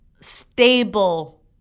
stable